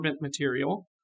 material